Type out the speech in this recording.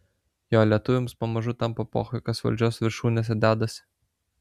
jo lietuviams pamažu tampa pochui kas valdžios viršūnėse dedasi